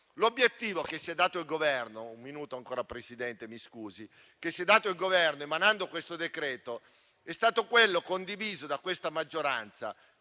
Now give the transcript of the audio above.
L'obiettivo che si è dato il Governo, emanando questo decreto-legge è stato quello, condiviso da questa maggioranza,